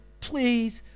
Please